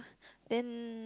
then